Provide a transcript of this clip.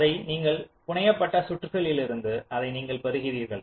அதை நீங்கள் புனையப்பட்ட சுற்றுகளிலிருந்து அதை நீங்கள் பெறுகிறீர்கள்